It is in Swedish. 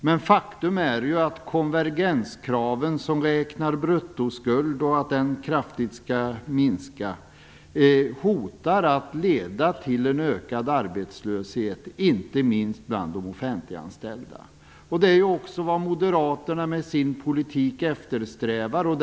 Men faktum är ju att konvergenskraven som räknar med att bruttoskulden kraftigt skall minska hotar att leda till en ökad arbetslöshet, inte minst bland de offentliganställda. Det är ju också vad moderaterna eftersträvar med sin politik.